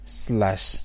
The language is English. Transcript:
slash